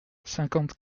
cinquante